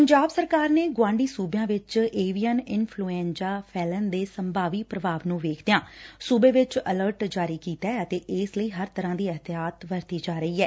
ਪੰਜਾਬ ਸਰਕਾਰ ਨੇ ਗੁਆਂਢੀ ਸੁਬਿਆਂ ਵਿਚ ਏਵੀਅਨ ਇਨਫਲੁਏਂਜਾ ਫੈਲਣ ਦੇ ਸੰਭਾਵੀ ਪੁਭਾਵ ਨੂੰ ਵੇਖਦਿਆਂ ਸੁਬੇ ਵਿਚ ਅਲਰਟ ਜਾਰੀ ਕੀਤੈ ਅਤੇ ਇਸ ਲਈ ਹਰ ਤਰੂਾ ਦੀ ਇਹਤਿਆਤ ਵਰਤੀ ਜਾ ਰਹੀ ਐ